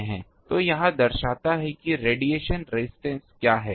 तो यह दर्शाता है कि रेडिएशन रेजिस्टेंस क्या है